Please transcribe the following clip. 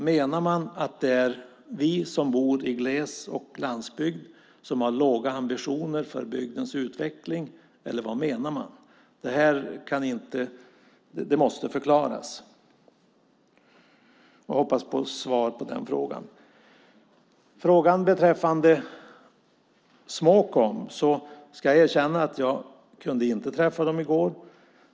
Menar man att det är vi som bor i gles och landsbygd som har låga ambitioner för bygdens utveckling, eller vad menar man? Det måste förklaras. Jag hoppas få svar på den frågan. Beträffande Småkom ska jag erkänna att jag inte kunde träffa dem i går.